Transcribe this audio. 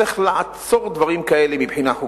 צריך לעצור דברים כאלה מבחינה חוקית.